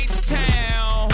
H-Town